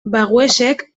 baguesek